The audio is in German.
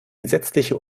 gesetzliche